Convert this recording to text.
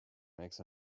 makes